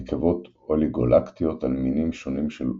הנקבות אוליגולקטיות על מינים שונים של עוקץ-עקרב.